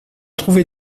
trouvé